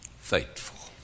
faithful